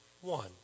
one